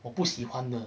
我不喜欢的